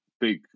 big